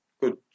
good